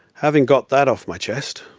having got that off my chest,